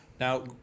Now